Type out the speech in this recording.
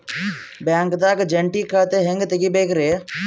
ಬ್ಯಾಂಕ್ದಾಗ ಜಂಟಿ ಖಾತೆ ಹೆಂಗ್ ತಗಿಬೇಕ್ರಿ?